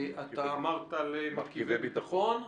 אתה אמרת, למרכיבי ביטחון,